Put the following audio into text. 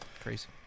crazy